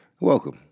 welcome